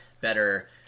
better